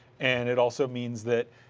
and it also means that